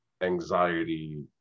anxiety